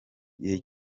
gihe